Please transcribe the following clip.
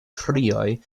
krioj